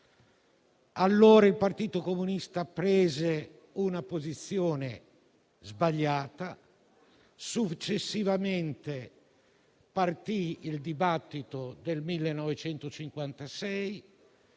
Allora il Partito Comunista prese una posizione sbagliata. Successivamente, partì il dibattito del 1956,